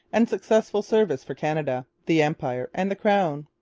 and successful service for canada, the empire, and the crown.